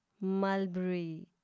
mulberry